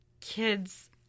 kids